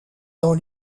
dans